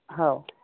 हो